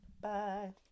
Bye